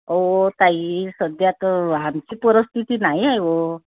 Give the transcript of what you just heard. अहो ताई सध्या तर आमची परिस्थिती नाही आहे वो